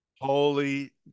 Holy